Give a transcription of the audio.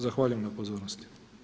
Zahvaljujem na pozornosti.